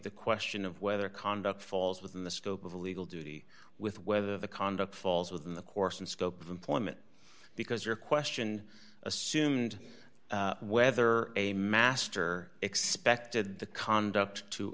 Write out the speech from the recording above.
the question of whether conduct falls within the scope of a legal duty with whether the conduct falls within the course and scope of employment because your question assumed whether a master expected the conduct to